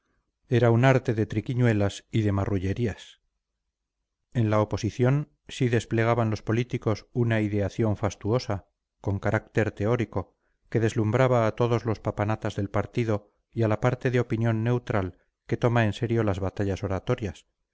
era un arte de triquiñuelas y de marrullerías en la oposición sí desplegaban los políticos una ideación fastuosa con carácter teórico que deslumbraba a los papanatas del partido y a la parte de opinión neutral que toma en serio las batallas oratorias